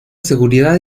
seguridad